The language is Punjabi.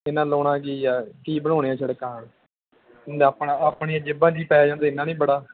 ਇਹਨਾਂ ਲਾਉਣਾ ਕੀ ਆ ਕੀ ਬਣਾਉਣੀਆਂ ਸੜਕਾਂ ਇਹਨਾਂ ਆਪਣਾ ਆਪਣੀਆਂ ਜੇਬਾਂ 'ਚ ਹੀ ਪੈ ਜਾਂਦੇ ਇੰਨਾ ਨਹੀਂ ਬੜਾ